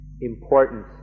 importance